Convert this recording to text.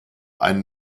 ein